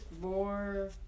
more